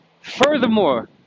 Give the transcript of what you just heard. furthermore